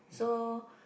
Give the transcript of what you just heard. so